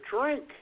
drink